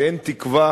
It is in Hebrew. שאין תקווה